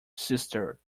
sister